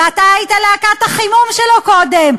ואתה היית להקת החימום שלו קודם,